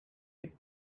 with